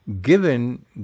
given